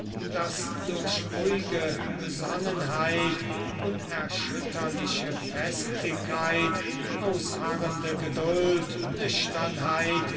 das durch ruhige besonnenheit unerschütterliche festigkeit ausharrende geduld nüchternheit